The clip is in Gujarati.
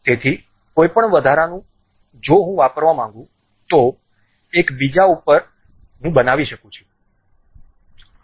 તેથી કોઈપણ વધારાનું જો હું વાપરવા માંગું છું તો એક બીજા ઉપર હું બનાવી શકું છું